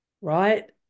Right